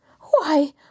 Why